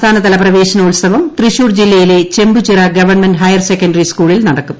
സംസ്ഥാനതല പ്രവേശനോൽസവം തൃശൂർ ജില്ലയിലെ ചെമ്പുചിറ ഗവൺമെന്റ് ഹയർ സെക്കന്ററി സ്കൂളിൽ നടക്കും